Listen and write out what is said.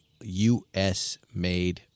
U.S.-made